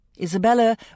Isabella